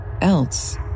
else